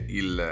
il